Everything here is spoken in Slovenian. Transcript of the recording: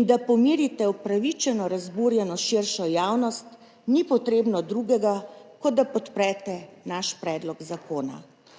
in da pomirite upravičeno razburjeno širšo javnost ni potrebno drugega, kot da podprete naš predlog zakona.